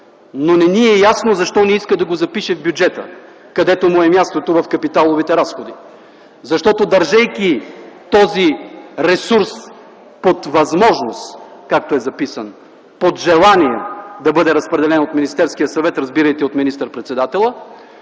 но не ни е ясно, защо не иска да го запише в бюджета, където му е мястото – в капиталовите разходи? Защото държейки този ресурс под възможност, както е записан, под желание да бъде разпределен от Министерския съвет, разбирайте от министър-председателя,